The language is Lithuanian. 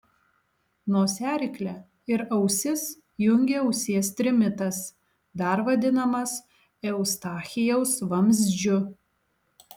nosiaryklę ir ausis jungia ausies trimitas dar vadinamas eustachijaus vamzdžiu